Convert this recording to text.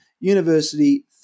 University